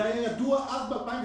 זה היה ידוע אז, ב-2012